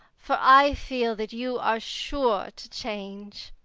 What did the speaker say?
for i feel that you are sure to change.